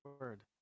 word